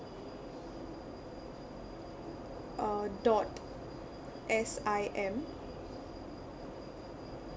uh dot S I M